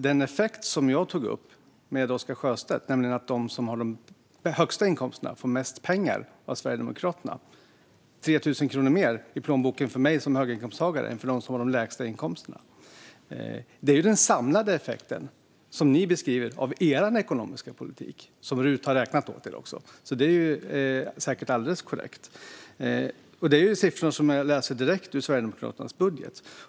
Den effekt som jag tog upp med Oscar Sjöstedt, nämligen att de som har de högsta inkomsterna får mest pengar av Sverigedemokraterna - 3 000 kronor mer i plånboken för mig som höginkomsttagare än för dem som har de lägsta inkomsterna - är den samlade effekten av er ekonomiska politik. Det har RUT räknat ut åt er, så det är säkert alldeles korrekt. Detta är siffror hämtade direkt ur Sverigedemokraternas budget.